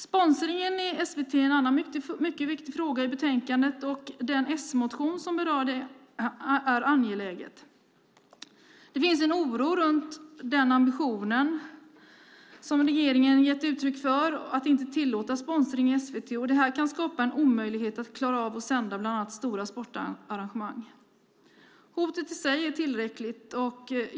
Sponsringen i SVT är en annan mycket viktig fråga i betänkandet och den S-motion som berör detta är angelägen. Det finns en oro inför den ambition som regeringen har gett uttryck för, nämligen att inte tillåta sponsring i SVT. Det kan skapa en omöjlighet att klara av att sända bland annat stora sportarrangemang. Hotet i sig är tillräckligt.